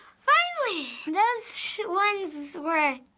finally. those ones were.